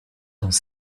dans